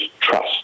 trust